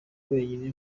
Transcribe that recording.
wenyine